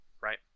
right